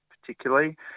particularly